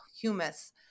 humus